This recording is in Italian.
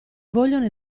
vogliono